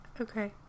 Okay